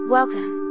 Welcome